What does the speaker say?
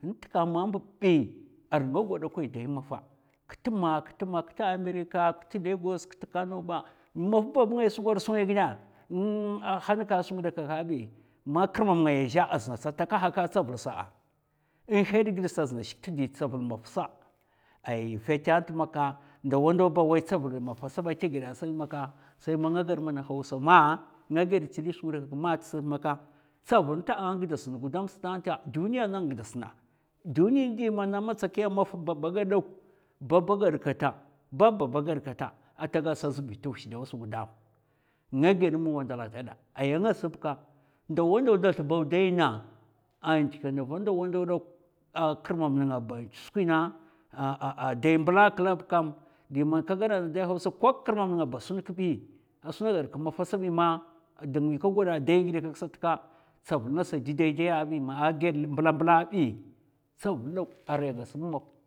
Nt'kam a mbubi arai nga gwadakwai dai mafa ktma ktma ktma amèrika kta lagos, kta kano ba mum maf bab ngai sa gwad skwi ngai gènè a hanka skwi ngidè kakaka bi man kirmam ngaya a zhè azna sa taka haka a tsavul sa'a in hèd sa azna a shik tdi tsavul maf sa ai fèt tant maka ndawandawa ba ai tsavul mafa saba a tè ghèdè sabi, sai mana gad mana hausa ma nga ghèd gilɓ skwi ngèdè kèk ma ts'maka tsavul nta gdas na gudam stan ta duniya nan ngdasna duniya man amatsakiya maf bab ghad dok babba gad kata bab'baba a gad kata ata ghad sata az bi ta wush dausa gudam nga ghèd ma wandala ata gada a ngas bka ndawandaw da slèbaw daina a ndikana va ndawandaw dok a kirmam nba a chu skwina ahh dai mblab kabi kam di man ka gadan dai hausa ko kirmam nga ba a sun kbi a suna ga k'mafa sabi ma domin ka gwada dai nghidè kèk sat ka tsavul ngatisa a dè daidai abi ma, a ghèd mbla mbla bi tsavul dok arai agas mu maf,